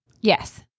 Yes